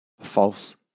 false